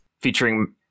Featuring